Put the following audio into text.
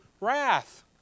wrath